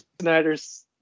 Snyder's